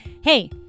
Hey